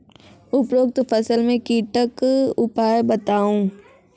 उपरोक्त फसल मे कीटक उपाय बताऊ?